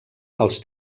els